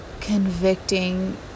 convicting